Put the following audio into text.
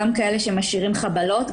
גם כאלה שמשאירים חבלות,